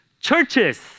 churches